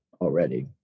already